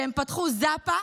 שהם פתחו "זאפה",